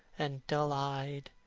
and dull-eyed.